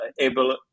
able